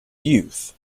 youth